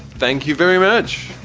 thank you very much.